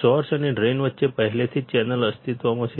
source અને drain વચ્ચે પહેલેથી જ ચેનલ અસ્તિત્વમાં છે